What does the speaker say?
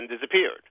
disappeared